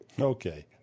Okay